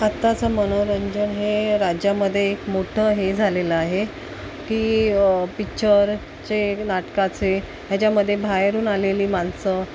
आत्ताचं मनोरंजन हे राज्यामध्ये एक मोठं हे झालेलं आहे की पिच्चरचे नाटकाचे ह्याच्यामध्ये बाहेरून आलेली माणसं